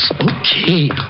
Okay